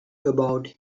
about